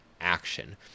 action